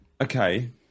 okay